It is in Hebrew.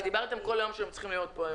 דיברתם כל היום שהם צריכים להיות פה.